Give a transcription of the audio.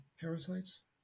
parasites